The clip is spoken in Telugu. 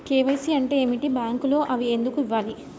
కే.వై.సి అంటే ఏమిటి? బ్యాంకులో అవి ఎందుకు ఇవ్వాలి?